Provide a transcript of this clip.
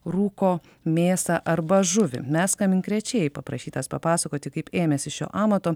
rūko mėsą arba žuvį mes kaminkrėčiai paprašytas papasakoti kaip ėmėsi šio amato